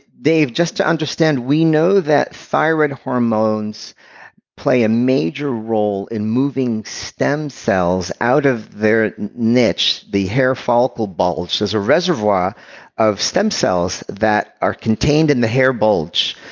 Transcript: just to understand, we know that thyroid hormones play a major role in moving stem cells out of their niche, the hair follicle bulge. there's a reservoir of stem cells that are contained in the hair bulge.